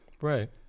Right